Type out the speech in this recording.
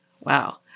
Wow